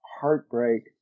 heartbreak